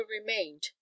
remained